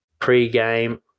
pregame